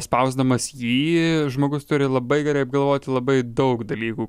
spausdamas jį žmogus turi labai gerai apgalvoti labai daug dalykų